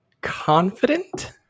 confident